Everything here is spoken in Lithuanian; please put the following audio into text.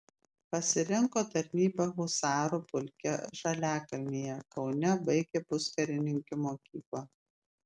pasirinko tarnybą husarų pulke žaliakalnyje kaune baigė puskarininkių mokyklą